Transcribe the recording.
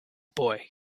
boy